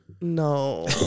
No